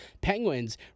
Penguins